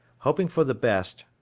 hoping for the best,